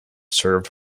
served